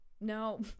no